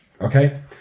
okay